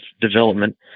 development